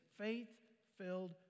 faith-filled